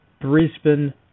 Brisbane